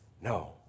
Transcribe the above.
No